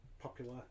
popular